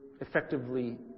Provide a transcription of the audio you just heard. effectively